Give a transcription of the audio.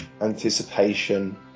anticipation